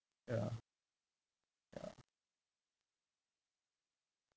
ya ya